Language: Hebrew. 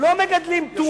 לא מגדלים טונה.